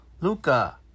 Luca